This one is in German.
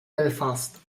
belfast